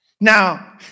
Now